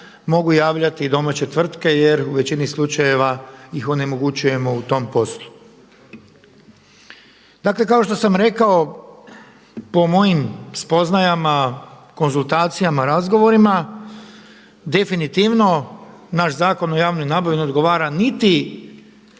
mogu javljati i domaće tvrtke jer u većini slučajeva ih onemogućujemo u tom poslu. Dakle, kao što sam rekao po mojim spoznajama, konzultacijama, razgovorima definitivno naš Zakon o javnoj nabavi ne odgovora niti